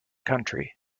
country